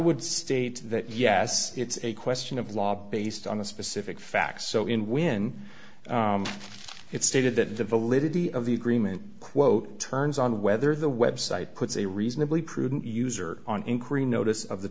would state that yes it's a question of law based on the specific facts so in when it's stated that the validity of the agreement quote turns on whether the website puts a reasonably prudent user on increased notice of the